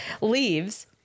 leaves